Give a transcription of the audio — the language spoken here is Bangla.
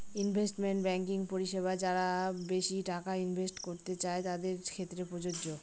ইনভেস্টমেন্ট ব্যাঙ্কিং পরিষেবা যারা বেশি টাকা ইনভেস্ট করতে চাই তাদের ক্ষেত্রে প্রযোজ্য